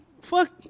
fuck